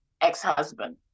ex-husband